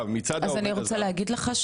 אז אני רוצה להגיד לך,